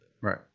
Right